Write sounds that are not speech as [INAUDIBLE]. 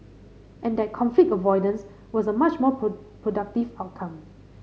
and that conflict avoidance was a much more [UNINTELLIGIBLE] productive outcome